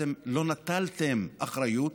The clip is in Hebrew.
לא נטלתם אחריות,